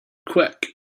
quick